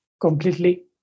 completely